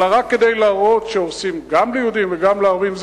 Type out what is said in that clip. אלא רק כדי להראות שהורסים גם ליהודים וגם לערבים.